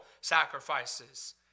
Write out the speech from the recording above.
sacrifices